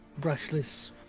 brushless